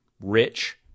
rich